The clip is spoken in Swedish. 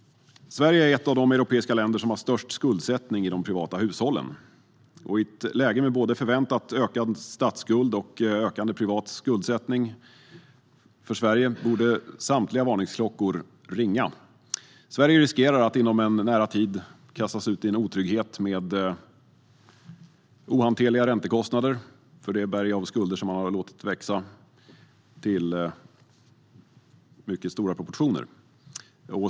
Sverige är ett av de europeiska länder som har störst skuldsättning i de privata hushållen. I ett läge med både förväntat ökad statsskuld och ökande privat skuldsättning i Sverige borde samtliga varningsklockor ringa. Sverige riskerar att inom en nära framtid kastas ut i otrygghet med ohanterliga räntekostnader för det berg av skulder som har tillåtits växa till mycket stora proportioner.